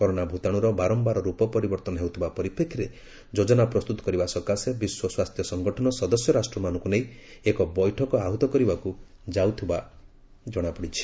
corona ଭୂତାଣୁର ବାରମ୍ଭାର ରୂପ ପରିବର୍ତ୍ତନ ହେଉଥିବା ପରିପ୍ରେକ୍ଷୀରେ ଯୋଜନା ପ୍ରସ୍ତୁତ କରିବା ସକାଶେ ବିଶ୍ୱ ସ୍ୱାସ୍ଥ୍ୟ ସଂଗଠନ ସଦସ୍ୟ ରାଷ୍ଟ୍ରମାନଙ୍କୁ ନେଇ ଏକ ବୈଠକ ଆହୃତ କରିବାକୁ ଯାଉଥିବା ଜଣାପଡିଛି